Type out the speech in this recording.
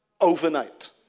overnight